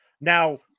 Now